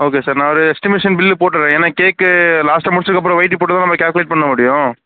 okay sir நான் ஒரு estimation bill போட்டுவிட்றேன் ஏன்னா கேக்கு லாஸ்ட்டாக முடிச்சதுக்கு அப்புறம் வெயிட்டு போட்டுதான் நம்ப கால்குலேட் பண்ண முடியும்